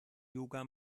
yoga